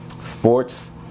Sports